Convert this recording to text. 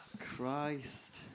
Christ